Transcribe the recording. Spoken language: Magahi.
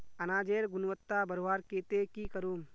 अनाजेर गुणवत्ता बढ़वार केते की करूम?